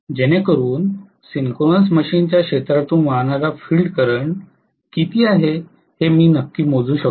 जेणेकरून सिंक्रोनस मशीनच्या क्षेत्रातून वाहणारा फील्ड करंट किती आहे हे मी नक्की मोजू शकतो